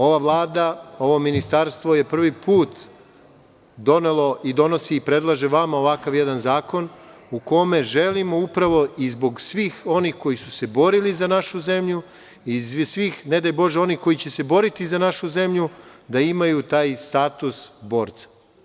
Ova Vlada, ovo Ministarstvo je prvi put donelo i donosi, predlaže vama ovakav jedan zakon u kome želimo upravo i zbog sivih onih koji su se borili za našu zemlju i zbog svih ne daj Bože koji će se boriti za našu zemlju da imaju taj status „borca“